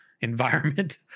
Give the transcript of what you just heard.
environment